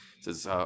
says